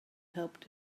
helped